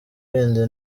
bindi